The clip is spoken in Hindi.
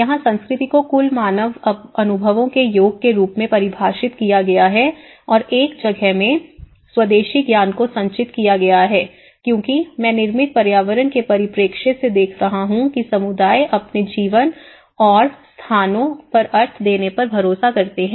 यहां संस्कृति को कुल मानव अनुभवों के योग के रूप में परिभाषित किया गया है और एक जगह में स्वदेशी ज्ञान को संचित किया गया है क्योंकि मैं निर्मित पर्यावरण के परिप्रेक्ष्य से देख रहा हूं कि समुदाय अपने जीवन और स्थानों पर अर्थ देने पर भरोसा करते हैं